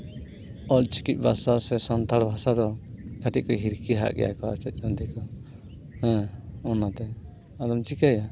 ᱚᱞ ᱪᱤᱠᱤ ᱵᱷᱟᱥᱟ ᱥᱮ ᱥᱟᱱᱛᱟᱲ ᱵᱷᱟᱥᱟ ᱫᱚ ᱠᱟᱹᱴᱤᱡ ᱫᱚ ᱦᱤᱨᱠᱷᱟᱹᱣᱟᱜ ᱜᱮᱭᱟ ᱠᱚ ᱟᱨ ᱪᱮᱫ ᱪᱚᱝ ᱫᱤᱠᱩ ᱫᱚ ᱦᱮᱸ ᱚᱱᱟᱛᱮ ᱟᱫᱚᱢ ᱪᱤᱠᱟᱹᱭᱟ